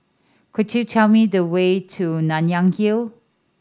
could you tell me the way to Nanyang Hill